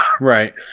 right